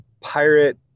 pirate